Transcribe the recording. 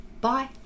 bye